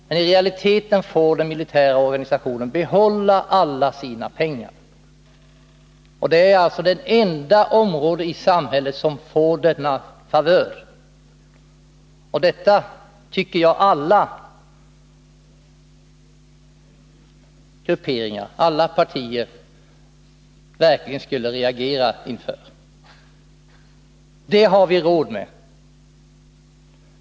Men i realiteten får den militära organisationen behålla alla sina pengar. Det är alltså det enda område i samhället som får denna favör. Detta tycker jag att alla grupperingar och alla partier verkligen skulle reagera inför. Detta har vi tydligen råd med.